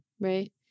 right